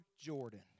Jordan